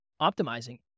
optimizing